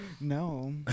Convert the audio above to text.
No